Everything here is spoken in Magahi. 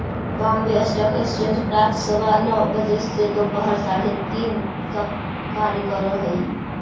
बॉम्बे स्टॉक एक्सचेंज प्रातः सवा नौ बजे से दोपहर साढ़े तीन तक कार्य करऽ हइ